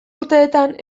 urteetan